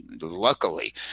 luckily